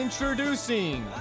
Introducing